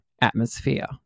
atmosphere